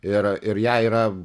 ir ir ją yra